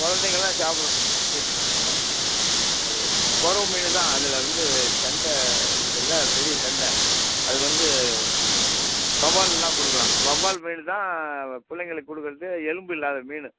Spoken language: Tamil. குலந்தைங்கள்லாம் சாப்பிட கொறவ மீன் தான் அதில் வந்து கெண்டை இருக்குதுல்ல பெரியக்கெண்டை அது வந்து வௌவ்வால்லாம் கொடுக்கலாம் வௌவ்வால் மீன் தான் பிள்ளைங்களுக்கு கொடுக்குறது எலும்பு இல்லாத மீன்